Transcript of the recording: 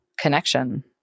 connection